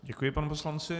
Děkuji panu poslanci.